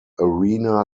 arena